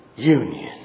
union